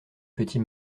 petit